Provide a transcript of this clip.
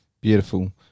Beautiful